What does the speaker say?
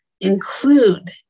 include